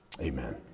amen